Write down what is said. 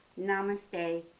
Namaste